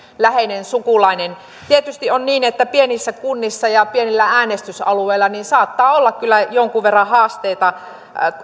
läheinen sukulaisensa tietysti on niin että pienissä kunnissa ja pienillä äänestysalueilla saattaa olla kyllä jonkun verran haasteita